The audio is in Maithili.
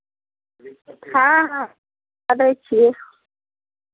हँ हँ करै छियै